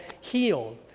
healed